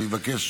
אני מבקש